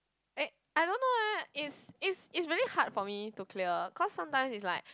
eh I don't know eh it's it's it's really hard for me to clear cause sometime it's like